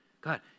God